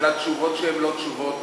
של התשובות שהן לא תשובות,